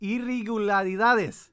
Irregularidades